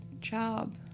job